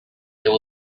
there